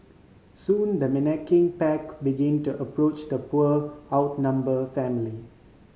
soon the pack begin to approach the poor outnumber family